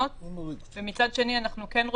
אני כבר מקדים ואומר שהמשמעות היא שאם אתה לא